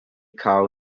call